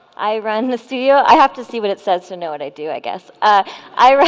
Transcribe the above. i run the studio i have to see what it says to know what i do i guess ah i read